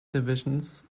divisions